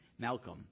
Malcolm